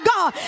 God